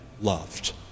loved